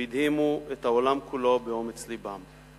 והדהימו את הכובש הזר ואת העולם כולו באומץ לבם.